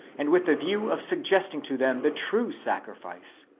and with the view of suggesting to them the true sacrifice,